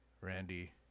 Randy